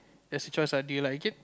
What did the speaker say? there's a choice like do you like it